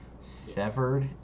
severed